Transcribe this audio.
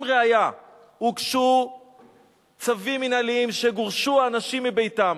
ראיה צווים מינהלים ואנשים גורשו מביתם,